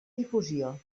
difusió